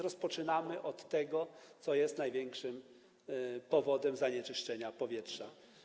Rozpoczynamy od tego, co jest największym powodem zanieczyszczenia powietrza.